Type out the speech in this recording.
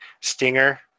stinger